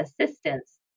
assistance